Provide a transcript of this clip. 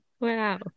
Wow